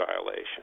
violation